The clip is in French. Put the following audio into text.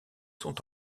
sont